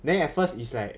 then at first is like